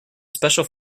special